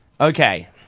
Okay